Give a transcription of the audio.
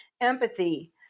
Empathy